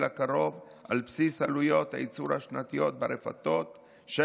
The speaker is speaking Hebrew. הקרוב על בסיס עלויות הייצור השנתיות ברפתות של